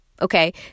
okay